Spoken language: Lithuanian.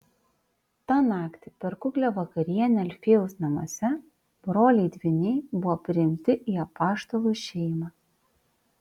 tą naktį per kuklią vakarienę alfiejaus namuose broliai dvyniai buvo priimti į apaštalų šeimą